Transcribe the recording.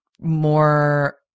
more